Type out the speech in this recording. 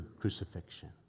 crucifixion